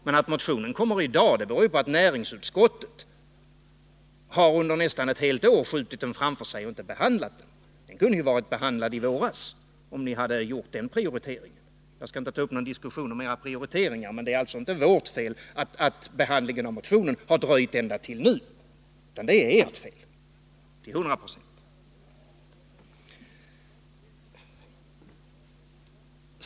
Men att motionen kommer upp i kammaren i dag beror ju på att näringsutskottet under nästan ett helt år har skjutit den framför sig och inte behandlat den. Den kunde ju ha behandlats i våras, om utskottet hade gjort den prioriteringen. Jag skall inte ta upp någon diskussion om näringsutskottets prioriteringar, men det är alltså inte vårt fel att behandlingen av motionen har dröjt ända till nu, utan det är hundraprocentigt ert fel.